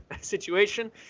situation